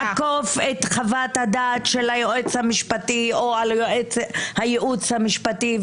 לחוות-הדעת של היועץ המשפטי או הייעוץ המשפטי,